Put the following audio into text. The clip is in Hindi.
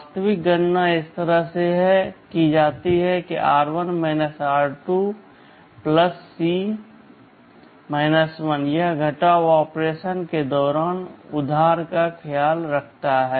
वास्तविक गणना इस तरह से की जाती है r1 r2 सी 1 यह घटाव ऑपरेशन के दौरान उधार का ख्याल रखता है